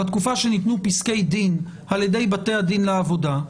בתקופה שניתנו פסקי דין על ידי בתי הדין לעבודה,